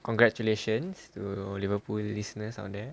congratulations to liverpool listeners out there